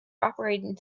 operating